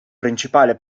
principale